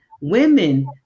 women